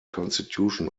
constitution